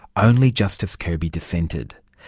only justice kirby dissented.